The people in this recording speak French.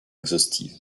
exhaustive